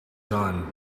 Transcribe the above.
done